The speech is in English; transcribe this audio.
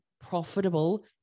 profitable